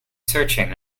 searching